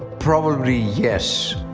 probably yes.